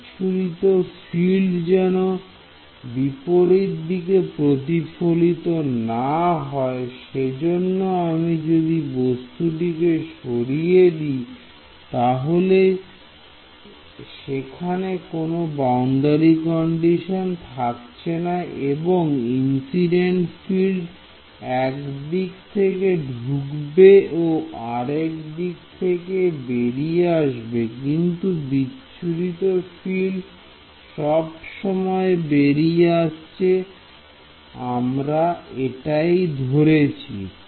বিচ্ছুরিত ফিল্ড যেন বিপরীত দিকে প্রতিফলিত না হয় সেজন্য আমি যদি বস্তুটিকে সরিয়ে দিন তাহলে সেখানে কোন বাউন্ডারি কন্ডিশন থাকছে না এবং ইনসিডেন্ট ফিল্ড একদিক দিয়ে ঢুকবে ও আরেক দিক দিয়ে বেরিয়ে আসবে কিন্তু বিচ্ছুরিত ফিল্ড সব সময় বেরিয়ে আসছে আমরা এটাই ধরেছি